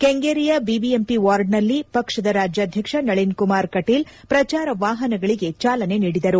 ಕೆಂಗೇರಿಯ BBMP ವಾರ್ಡ್ನಲ್ಲಿ ಪಕ್ಷದ ರಾಜ್ಯಾಧ್ವಕ್ಷ ನಳನ್ ಕುಮಾರ್ ಕಟೀಲ್ ಪ್ರಚಾರ ವಾಹನಗಳಿಗೆ ಚಾಲನೆ ನೀಡಿದರು